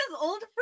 old